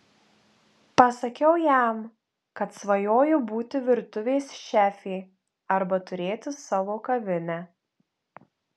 pasakiau jam kad svajoju būti virtuvės šefė arba turėti savo kavinę